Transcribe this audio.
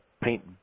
paint